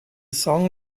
song